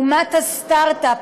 אומת הסטרטאפ,